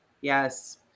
yes